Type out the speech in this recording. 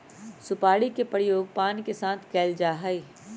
सुपारी के प्रयोग पान के साथ कइल जा हई